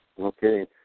Okay